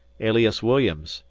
alias williams,